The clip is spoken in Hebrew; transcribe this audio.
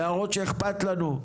להראות שאכפת לנו.